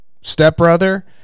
stepbrother